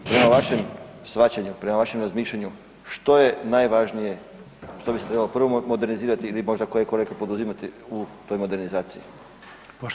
Prema vašem shvaćanju, prema vašem razmišljanju što je najvažnije, što bi se trebalo prvo modernizirati ili možda koje korake poduzimati u toj modernizaciji?